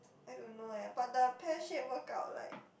I don't know eh but the pear shape workout like